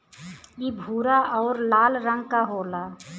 इ भूरा आउर लाल रंग क होला